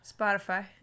Spotify